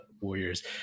Warriors